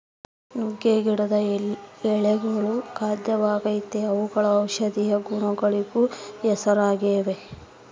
ನುಗ್ಗೆ ಗಿಡದ ಎಳೆಗಳು ಖಾದ್ಯವಾಗೆತೇ ಅವುಗಳು ಔಷದಿಯ ಗುಣಗಳಿಗೂ ಹೆಸರಾಗಿವೆ